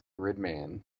Gridman